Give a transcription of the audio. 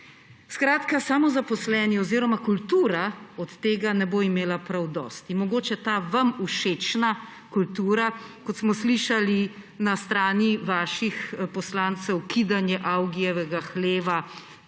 Skratka, samozaposleni oziroma kultura od tega ne bo imela prav dosti. Mogoče ta vam všečna kultura, kot smo slišali na strani vaših poslancev, kidanje Avgijevega hleva,